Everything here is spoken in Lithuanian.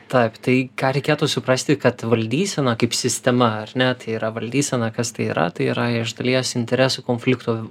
taip tai ką reikėtų suprasti kad valdysena kaip sistema ar ne tai yra valdysena kas tai yra tai yra iš dalies interesų konfliktų